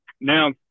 now